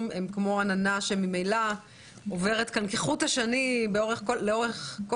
הם כמו עננה שממילא עוברת כאן כחוט השני לאורך כל